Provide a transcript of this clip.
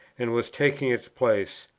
and was taking its place.